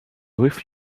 with